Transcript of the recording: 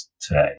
today